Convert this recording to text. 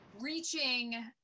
reaching